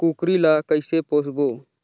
कूकरी ला कइसे पोसबो?